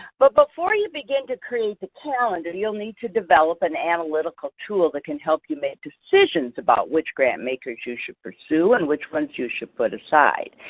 but before you begin to create the calendar, you will need to develop an analytical tool that can help you make decisions about which grant makers you should pursue and which ones you should put aside.